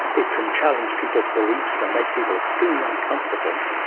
it can challenge people's beliefs and make people extremely uncomfortable,